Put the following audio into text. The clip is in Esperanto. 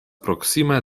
proksime